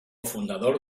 fundador